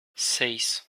seis